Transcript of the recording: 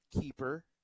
keeper